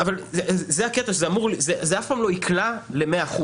-- אבל זה הקטע זה אף פעם לא יקלע ל-100%.